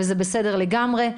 וזה בסדר לגמרי.